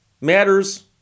matters